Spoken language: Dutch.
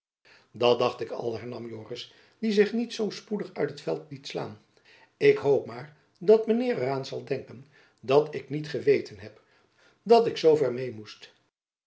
dat dacht ik al hernam joris die zich niet zoo spoedig uit het veld liet slaan ik hoop mair dat men heir er an denken zel dat ik niet geweiten heb dat ik zoo ver mei moest